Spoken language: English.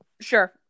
Sure